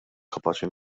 kapaċi